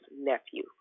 nephew